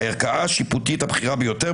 הערכאה השיפוטית הבכירה ביותר,